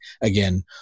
again